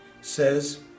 says